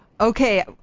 Okay